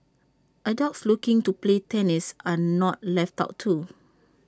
adults looking to play tennis are not left out too